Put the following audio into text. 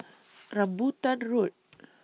Rambutan Road